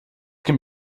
can